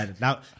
Now